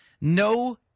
no